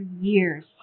years